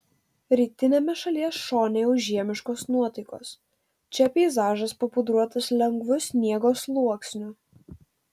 rytiniame šalies šone jau žiemiškos nuotaikos čia peizažas papudruotas lengvu sniego sluoksniu